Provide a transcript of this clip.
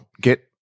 Get